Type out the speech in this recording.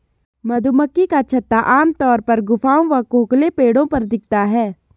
मधुमक्खी का छत्ता आमतौर पर गुफाओं व खोखले पेड़ों पर दिखता है